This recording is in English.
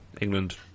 england